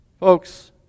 Folks